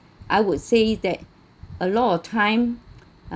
I would say that a lot of time